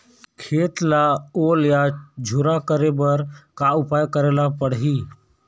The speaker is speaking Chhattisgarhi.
खेत ला ओल या झुरा करे बर का उपाय करेला पड़ही?